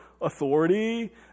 authority